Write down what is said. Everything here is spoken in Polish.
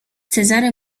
cezary